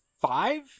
five